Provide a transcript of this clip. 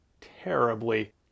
terribly